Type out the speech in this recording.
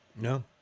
No